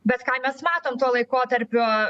bet ką mes matom tuo laikotarpiu